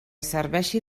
serveixi